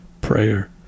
prayer